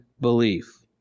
belief